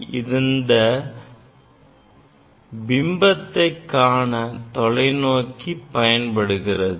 இதன் பிம்பத்தை காண தொலைநோக்கி பயன்படுகிறது